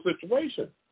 situation